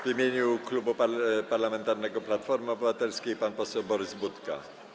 W imieniu Klubu Parlamentarnego Platforma Obywatelska - pan poseł Borys Budka.